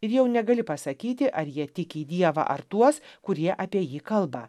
ir jau negali pasakyti ar jie tiki į dievą ar tuos kurie apie jį kalba